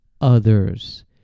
others